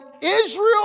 Israel